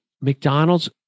McDonald's